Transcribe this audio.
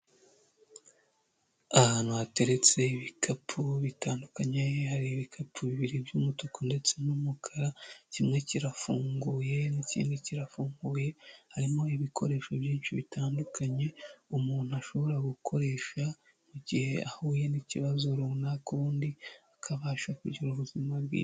Ahantu hateretse ibikapu bitandukanye, hari ibikapu bibiri by'umutuku ndetse n'umukara, kimwe kirafunguye n'ikindi kirafunguye, harimo ibikoresho byinshi bitandukanye, umuntu ashobora gukoresha mu gihe ahuye n'ikibazo runaka, ubundi akabasha kugira ubuzima bwiza.